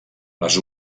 les